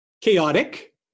chaotic